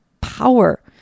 power